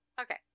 Okay